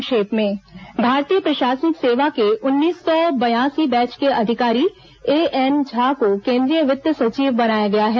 संक्षिप्त समाचार भारतीय प्रशासनिक सेवा के उन्नीस सौ बयासी बैच के अधिकारीएएन झा को केंद्रीय वित्त सचिव बनाया गया है